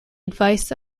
advice